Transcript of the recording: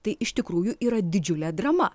tai iš tikrųjų yra didžiulė drama